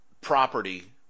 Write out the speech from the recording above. property